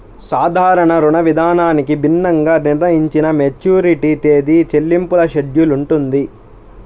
సాధారణ రుణవిధానానికి భిన్నంగా నిర్ణయించిన మెచ్యూరిటీ తేదీ, చెల్లింపుల షెడ్యూల్ ఉంటుంది